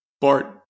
Bart